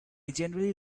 generally